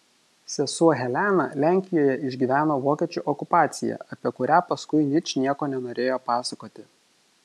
sesuo helena lenkijoje išgyveno vokiečių okupaciją apie kurią paskui ničnieko nenorėjo pasakoti